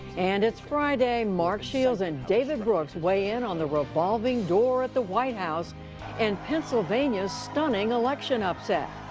and it's friday. mark shields and david brooks weigh in on the revolving door at the white house and pennsylvania's stunning election upset.